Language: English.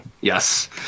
yes